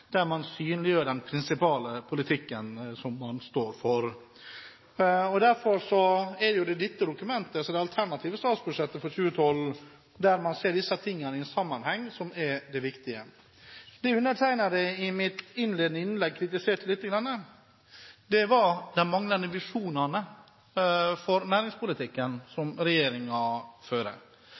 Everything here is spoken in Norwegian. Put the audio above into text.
synliggjør man den prinsipale politikken man står for. Derfor er det dette dokumentet – altså det alternative statsbudsjettet for 2012 der man ser disse tingene i sammenheng – som er det viktige. Det jeg i mitt innledende innlegg kritiserte litt, var de manglende visjonene regjeringen har for næringspolitikken. Det kan virke som